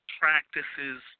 practices